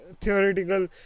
theoretical